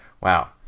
wow